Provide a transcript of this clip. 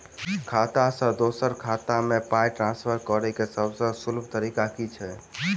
खाता सँ दोसर खाता मे पाई ट्रान्सफर करैक सभसँ सुलभ तरीका की छी?